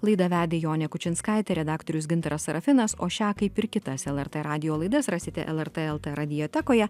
laidą vedė jonė kučinskaitė redaktorius gintaras sarafinas o šią kaip ir kitas lrt radijo laidas rasite lrt lt radiotekoje